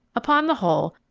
upon the whole,